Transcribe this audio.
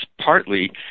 partly